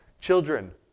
Children